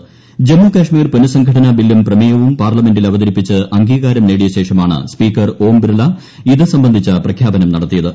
ഏമ്മുട്കാശ്മീർ പുനഃസംഘടനാ ബില്ലും പ്രമേയവും പ്പ്ശ്ല്മെന്റിൽ അവതരിപ്പിച്ച് അംഗീകാരം നേടിയ ശേഷമാണ് സ്പീക്കർ ഓം ബിർള ഇത് സംബന്ധിച്ചു പ്രഖ്യാപനം നടത്തിയിത്ത്